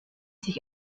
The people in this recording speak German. sich